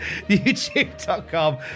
youtube.com